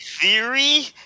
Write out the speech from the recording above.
theory